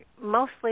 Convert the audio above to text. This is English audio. mostly